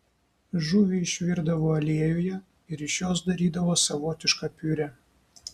žuvį išvirdavo aliejuje ir iš jos darydavo savotišką piurė